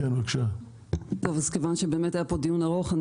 אז כיוון שבאמת היה פה דיון ארוך,